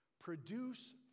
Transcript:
produce